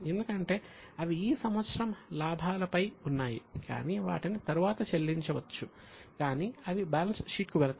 ఎందుకంటే అవి ఈ సంవత్సరం లాభాలపై ఉన్నాయి కాని వాటిని తరువాత చెల్లించవచ్చు కాని అవి బ్యాలెన్స్ షీట్ కు వెళతాయి